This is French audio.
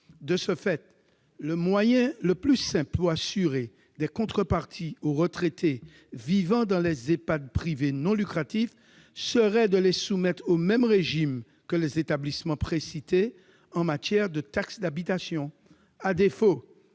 De ce fait, le moyen le plus simple pour assurer des contreparties aux retraités vivant dans les établissements privés non lucratifs serait de soumettre ceux-ci au même régime que les établissements précités en matière de taxe d'habitation.